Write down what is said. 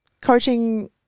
coaching